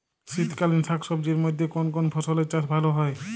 শীতকালীন শাকসবজির মধ্যে কোন কোন ফসলের চাষ ভালো হয়?